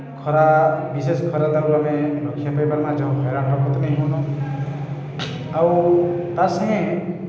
ଖରା ବିଶେଷ୍ ଖରା ଦାଉରୁ ଆମେ ରକ୍ଷା ପାଇପାର୍ମା ଜହ ହଇରାଣ୍ ହର୍କତ୍ ନେଇ ହଉନ ଆଉ ତା ସାଙ୍ଗେ